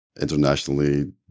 internationally